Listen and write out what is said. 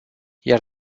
iar